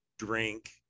drink